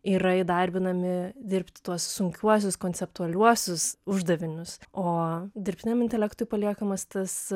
yra įdarbinami dirbti tuos sunkiuosius konceptualiuosius uždavinius o dirbtiniam intelektui paliekamas tas